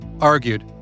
argued